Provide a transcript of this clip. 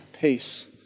peace